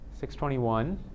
621